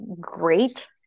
great